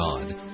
God